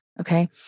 okay